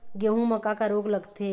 गेहूं म का का रोग लगथे?